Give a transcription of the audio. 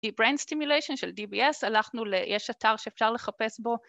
brain stimulation של DBS, הלכנו ל... יש אתר שאפשר לחפש בו